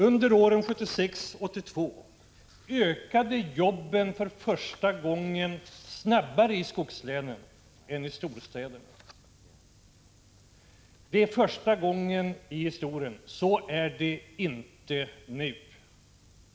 Under åren 1976—1982 ökade för första gången antalet jobb i skogslänen snabbare än i storstäderna. Det var första gången i historien. Så är det inte nu.